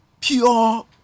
pure